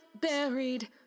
buried